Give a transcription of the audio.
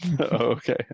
Okay